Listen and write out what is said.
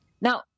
Now